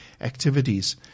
activities